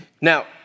Now